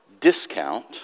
discount